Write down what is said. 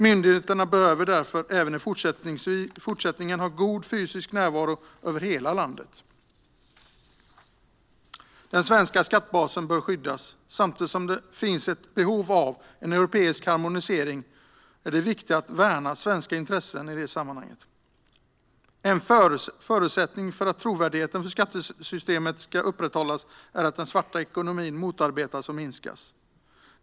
Myndigheterna behöver därför även i fortsättningen ha god fysisk närvaro över hela landet. Den svenska skattebasen bör skyddas. Samtidigt som det finns ett behov av en europeisk harmonisering är det viktigt att värna svenska intressen i det sammanhanget. En förutsättning för att trovärdigheten för skattesystemet ska upprätthållas är att den svarta ekonomin motarbetas och minskas.